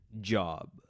job